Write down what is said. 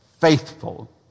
Faithful